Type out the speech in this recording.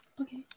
Okay